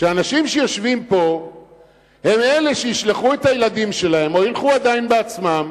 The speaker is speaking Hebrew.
שאנשים שיושבים פה הם אלה שישלחו את הילדים שלהם או ילכו עדיין בעצמם,